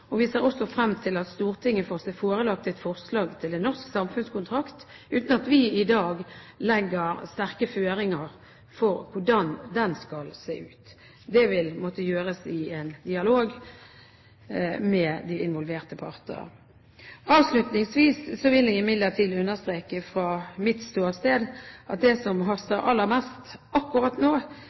Og vi ser frem til at Stortinget får seg forelagt et forslag til en norsk samfunnskontrakt, uten at vi i dag legger sterke føringer for hvordan den skal se ut. Det vil måtte gjøres i en dialog med de involverte parter. Avslutningsvis vil jeg imidlertid understreke fra mitt ståsted at det som haster aller mest akkurat nå,